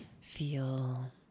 feel